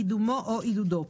קידומו או עידודו.